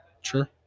Sure